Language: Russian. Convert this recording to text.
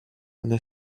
она